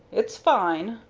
it's fine,